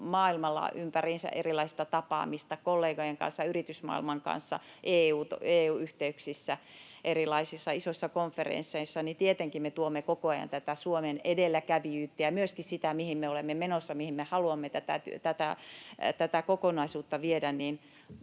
sitten kyse erilaisista tapaamisista kollegojen kanssa, yritysmaailman kanssa, EU-yhteyksissä erilaisissa isoissa konferensseissa — niin tietenkin me tuomme koko ajan tätä Suomen edelläkävijyyttä ja myöskin sitä, mihin me olemme menossa, mihin me haluamme tätä kokonaisuutta viedä.